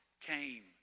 came